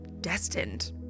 destined